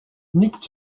nikt